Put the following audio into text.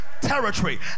territory